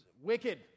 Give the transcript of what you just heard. wicked